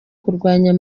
kurwanya